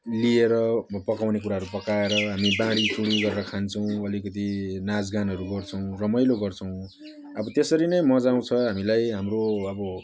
लिएर अब पकाउने कुराहरू पकाएर हामी बाँडीचुडी गरेर खान्छौँ अलिकति नाचगानहरू गर्छौँ रमाइलो गर्छौँ अब त्यसरी नै मजा आउँछ हामीलाई हाम्रो अब